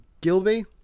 Gilby